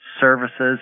services